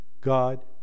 God